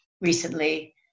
recently